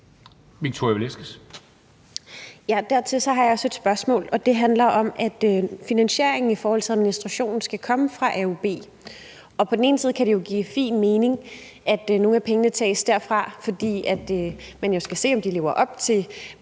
Dertil har jeg et andet spørgsmål. Det handler om, at finansieringen af administrationen skal komme fra aub. På den ene side kan det jo give fin mening, at nogle af pengene tages derfra, fordi man jo skal se, om de lever op til